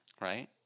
right